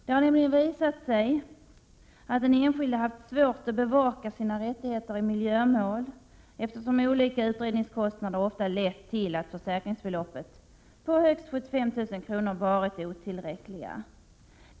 Det har nämligen visat sig att den enskilde haft svårt att bevaka sina rättigheter i miljömål, eftersom olika utredningskostnader ofta har lett till att försäkringsbeloppet på högst 75 000 kr. varit otillräckligt.